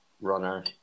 runner